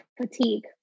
fatigue